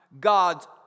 God's